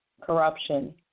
corruption